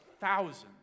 thousands